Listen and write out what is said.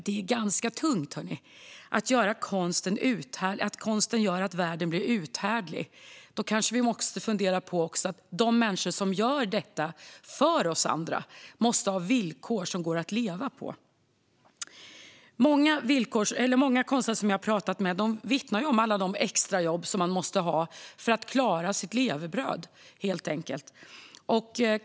Det är ganska tungt, hör ni! Konsten gör att världen blir uthärdlig; då kanske vi också ska fundera på att de människor som gör detta för oss andra måste ha villkor som går att leva på. Många konstnärer som jag har talat med vittnar om alla de extrajobb som de måste ha för att helt enkelt klara sitt levebröd.